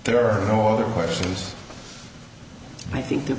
there are no other questions i think t